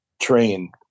train